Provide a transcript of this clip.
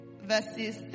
Verses